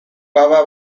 baba